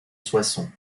soissons